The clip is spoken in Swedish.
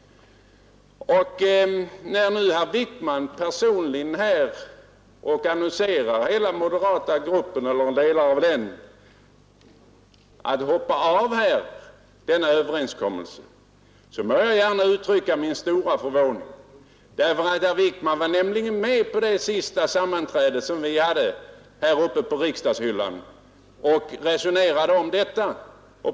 När nu herr Wijkman personligen uppmanar hela moderata gruppen eller delar av den att hoppa av från denna överenskommelse, vill jag uttrycka min stora förvåning. Herr Wijkman var nämligen med på det sista sammanträdet som vi hade här uppe på riksdagshyllan för att resonera om detta.